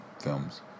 films